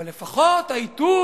אבל לפחות העיתוי